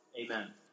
Amen